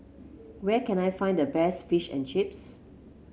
where can I find the best Fish and Chips